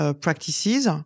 practices